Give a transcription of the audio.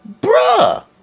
Bruh